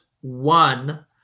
one